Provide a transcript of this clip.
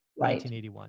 1981